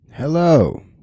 Hello